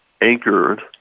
anchored